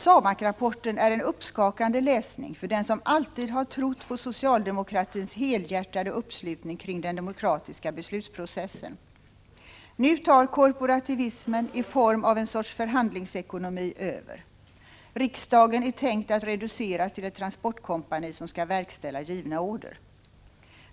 SAMAK-rapporten är en uppskakande läsning för den som alltid har trott på socialdemokratins helhjärtade uppslutning kring den demokratiska beslutsprocessen. Nu tar korporativismen, i form av en sorts förhandlingsekonomi, över. Riksdagen är tänkt att reduceras till ett transportkompani som skall verkställa givna order.